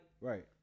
Right